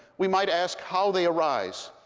we might ask how they arise?